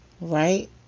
Right